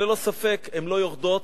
שללא ספק הן לא יורדות